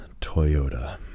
Toyota